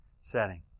setting